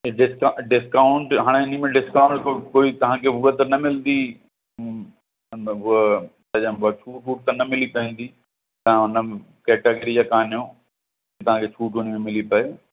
डिस्का discount हाणे इनमें discount त कोई तव्हांखे हूअ त न मिलदी मतिलब हूअ छा चइबो आहे छूट वूट त न मिली पावंदी तव्हां उन केटेगरी जा कोन्ह आहियो तव्हांखे छूट उनमें मिली पाए